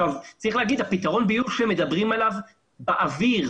צריך לומר שפתרון הביוב שמדברים עליו הוא באוויר,